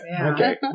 Okay